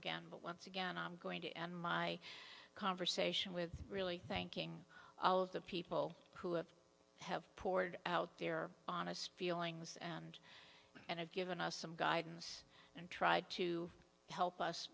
again but once again i'm going to end my conversation with really thinking of the people who have have poured out their honest feelings and and have given us some guidance and tried to help us